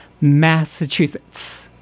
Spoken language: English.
Massachusetts